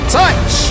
touch